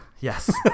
yes